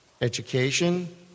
education